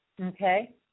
okay